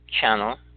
Channel